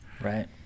Right